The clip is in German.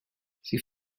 sie